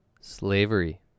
slavery